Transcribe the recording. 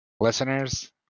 listeners